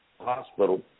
hospital